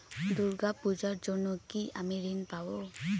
দূর্গা পূজার জন্য কি আমি ঋণ পাবো?